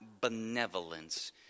benevolence